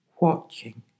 watching